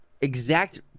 exact